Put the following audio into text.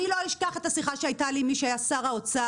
אני לא אשכח את השיחה שהייתה לי עם מי שהיה שר האוצר